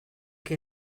que